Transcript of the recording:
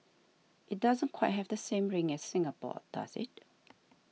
it doesn't quite have the same ring as Singapore does it